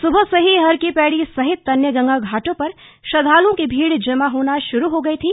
सुबह से ही हर की पैड़ी सहित अन्य गंगा घाटों पर श्रद्वालुओं की भीड़ जमा होना शुरू हो गई थी